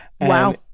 Wow